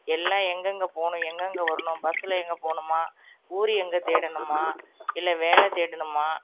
எல்லாம் எங்கெங்கே போகணும் எங்கெங்கே வரணும் பஸ்ஸில் எங்கே போகணுமா ஊர் எங்கே தேடணுமா இல்லை வேலை தேடணுமா